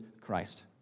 Christ